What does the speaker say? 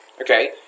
okay